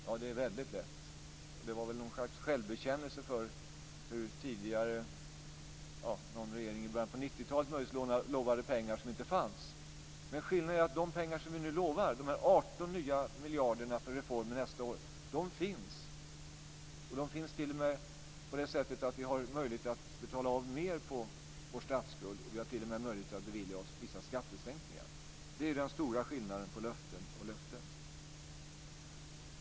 Ja, det är väldigt lätt. Det var väl någon slags självbekännelse för hur någon regering i början på 90-talet möjligtvis utlovade pengar som inte fanns. Skillnaden är att de pengar som vi nu utlovar - de 18 nya miljarderna för reformer nästa år - finns. De finns t.o.m. på det sättet att vi har möjlighet att betala av mer på vår statsskuld och t.o.m. möjlighet att bevilja oss vissa skattesänkningar. Det är den stora skillnaden på löften och löften.